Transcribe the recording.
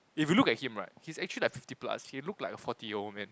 if you look at him right he's actually like fifty plus he look like a forty year old man